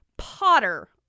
Potter